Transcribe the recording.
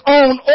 own